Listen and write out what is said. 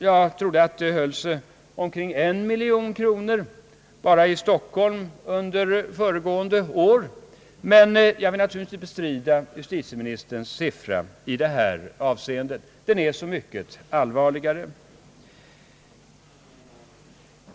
Jag trodde att det höll sig omkring en miljon kronor enbart i Stockholm föregående år. Jag kan naturligtvis inte bestrida justitieministerns siffra. Den är så mycket allvarligare.